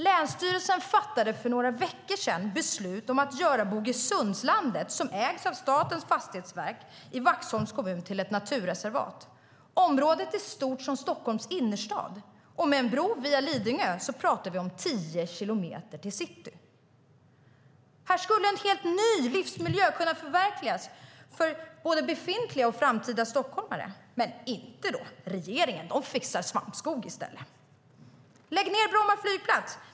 Länsstyrelsen fattade för några veckor sedan beslut om att göra Bogesundslandet, som ägs av Statens fastighetsverk, i Vaxholms kommun till naturreservat. Området är stort som Stockholms innerstad. Med en bro via Lidingö talar vi om tio kilometer till city. Här skulle en helt ny livsmiljö kunna förverkligas för både befintliga och framtida stockholmare. Men inte då - regeringen fixar svampskog i stället. Lägg ned Bromma flygplats!